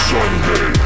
Sunday